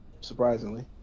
Surprisingly